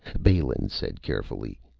balin said carefully,